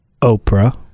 Oprah